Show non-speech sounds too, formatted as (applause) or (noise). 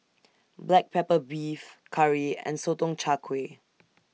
Black Pepper Beef Curry and Sotong Char Kway (noise)